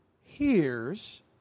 hears